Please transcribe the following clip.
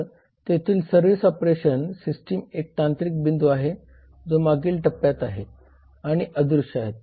तर तेथील service operation system एक तांत्रिक बिंदू आहे जो मागील टप्यात आहे आणि अदृश्य आहे